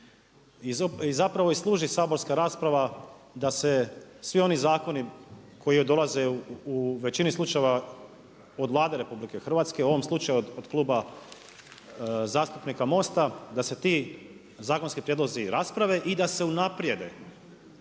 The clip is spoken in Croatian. I zapravo i služi saborska rasprava da se svi oni zakoni koji dolaze u većini slučajeva od Vlade RH, u ovom slučaju od Kluba zastupnika MOST-a da se ti zakonski prijedlozi rasprave i da se unaprijede.